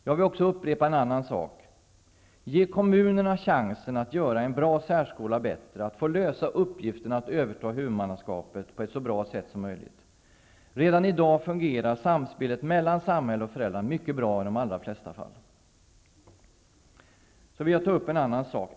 Jag vill också upprepa en annan sak: Ge kommunerna chansen att göra en bra särskola bättre, att få lösa uppgiften att överta huvudmannaskapet på ett så bra sätt som möjligt! Redan i dag fungerar samspelet mellan samhälle och föräldrar mycket bra i de allra flesta fall. Så vill jag ta upp en annan sak.